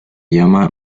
llama